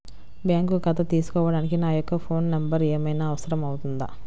Bank ఖాతా తీసుకోవడానికి నా యొక్క ఫోన్ నెంబర్ ఏమైనా అవసరం అవుతుందా?